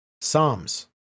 Psalms